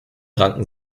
ranken